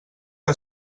que